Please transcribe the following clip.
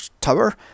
tower